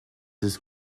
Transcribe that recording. his